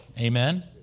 Amen